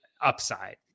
upside